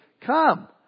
Come